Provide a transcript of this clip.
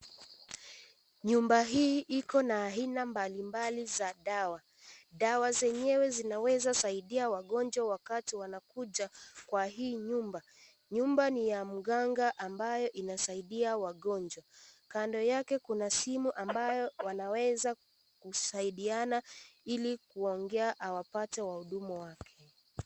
Nyumba hii iko na aina mbali mbali za dawa. Dawa zenyewe zinaweza saidia wagonjwa wakati wanakuja kwa hii nyumba. Nyumba ni ya mganga ambayo inasaidia wagonjwa, kando yake kuna simu ambayo anaweza kusaidiana ili kuongea awapate wahudumu wake.